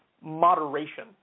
moderation